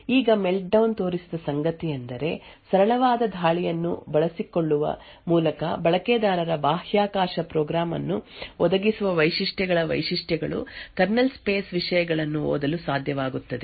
ಈಗ ಮೆಲ್ಟ್ಡೌನ್ ತೋರಿಸಿದ ಸಂಗತಿಯೆಂದರೆ ಸರಳವಾದ ದಾಳಿಯನ್ನು ಬಳಸಿಕೊಳ್ಳುವ ಮೂಲಕ ಬಳಕೆದಾರರ ಬಾಹ್ಯಾಕಾಶ ಪ್ರೋಗ್ರಾಂ ಅನ್ನು ಒದಗಿಸುವ ವೈಶಿಷ್ಟ್ಯಗಳ ವೈಶಿಷ್ಟ್ಯಗಳು ಕರ್ನಲ್ ಸ್ಪೇಸ್ ವಿಷಯಗಳನ್ನು ಓದಲು ಸಾಧ್ಯವಾಗುತ್ತದೆ